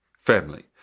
family